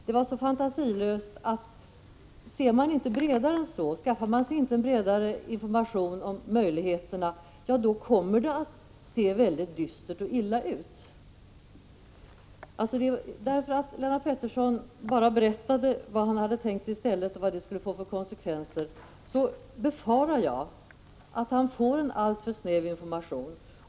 Det var så fantasilöst, att om man inte skaffar sig en bredare information om möjligheterna, ser det mycket dystert och illa ut. Lennart Pettersson berättade bara vad han hade tänkt sig i stället för kärnkraften, och med anledning av detta befarar jag att han får alltför snäv information.